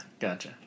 gotcha